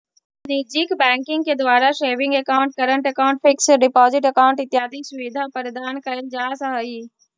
वाणिज्यिक बैंकिंग के द्वारा saving account, current account, fix deposit account इत्यादि सुविधा प्रदान कैल जा हइ